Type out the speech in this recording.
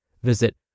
Visit